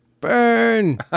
Burn